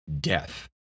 death